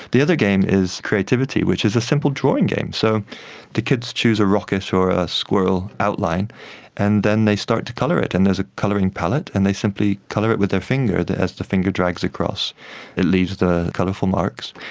the other game is creativity which is a simple drawing game. so the kids choose a rocket or a squirrel outline and then they start to colour it. and there's a colouring palate and they simply colour it with their finger. as the finger drags across it leaves the colourful marks.